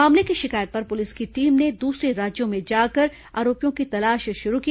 मामले की शिकायत पर पुलिस की टीम ने दूसरे राज्यों में जाकर आरोपियों की तलाश शुरू की